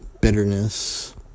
bitterness